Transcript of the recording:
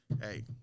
hey